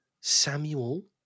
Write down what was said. Samuel